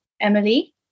Emily